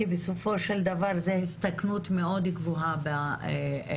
כי בסופו של דבר זה סיכון גבוה מאוד לכספי